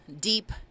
deep